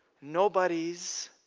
nobody's